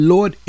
Lord